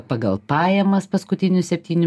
pagal pajamas paskutinių septynerių